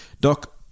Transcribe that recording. Doc